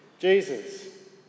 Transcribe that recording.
Jesus